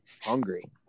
Hungry